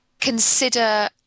consider